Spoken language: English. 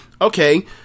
okay